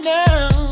now